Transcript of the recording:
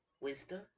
wisdom